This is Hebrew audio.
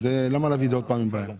למה ליצור עוד פעם בעיה?